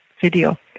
video